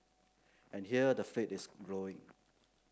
and here the fleet is growing